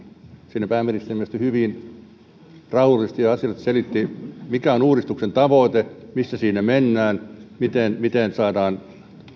siinä pääministeri minusta hyvin rauhallisesti ja asiallisesti selitti mikä on uudistuksen tavoite missä siinä mennään miten miten saadaan